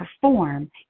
perform